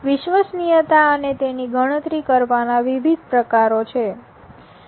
વિશ્વસનીયતા અને તેની ગણતરી કરવાના વિવિધ પ્રકારો છે